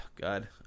god